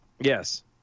Yes